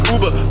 Uber